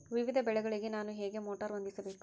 ವಿವಿಧ ಬೆಳೆಗಳಿಗೆ ನಾನು ಹೇಗೆ ಮೋಟಾರ್ ಹೊಂದಿಸಬೇಕು?